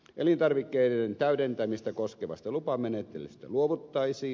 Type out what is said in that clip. elintarvikkeiden täydentämistä koskevasta lupamenettelystä luovuttaisiin